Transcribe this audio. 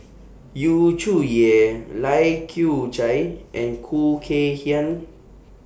Yu Zhuye Lai Kew Chai and Khoo Kay Hian